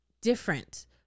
different